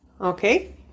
okay